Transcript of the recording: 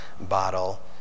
bottle